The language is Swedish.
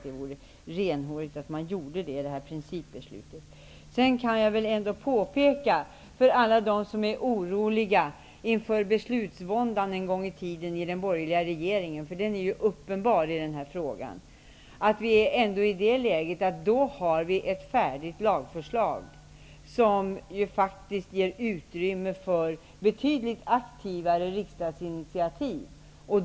Det vore renhårigt att man fattade ett sådant principbeslut. För alla dem i den borgerliga regeringen som är oroliga inför beslutsvåndan -- den är ju uppenbar -- någon gång i framtiden, vill jag påpeka att vi då är i det läget att vi har ett färdigt lagförslag som faktiskt ger utrymme för betydligt aktivare riksdagsinitiativ.